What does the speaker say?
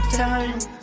time